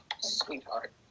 Sweetheart